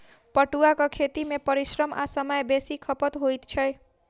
पटुआक खेती मे परिश्रम आ समय बेसी खपत होइत छै